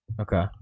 Okay